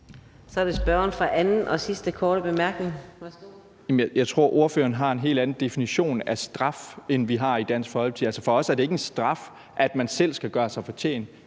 Så er det spørgeren for sin anden og sidste korte bemærkning. Værsgo. Kl. 17:58 Mikkel Bjørn (DF): Jeg tror, ordføreren har en helt anden definition af straf, end vi har i Dansk Folkeparti. Altså, for os er det ikke en straf, at man selv skal gøre sig fortjent